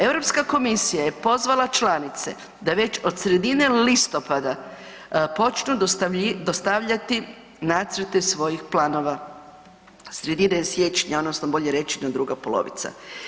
Europska komisija je pozvala članice da već od sredine listopada počnu dostavljati nacrte svojih planova, sredine siječnja odnosno bolje rečeno druga polovica.